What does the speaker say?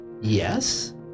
Yes